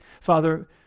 Father